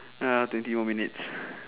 ah twenty more minutes